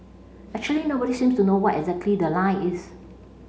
actually nobody seems to know what exactly the line is